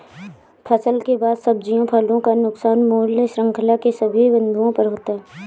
फसल के बाद सब्जियों फलों का नुकसान मूल्य श्रृंखला के सभी बिंदुओं पर होता है